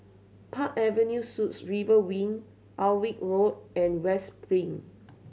Park Avenue Suites River Wing Alnwick Road and West Spring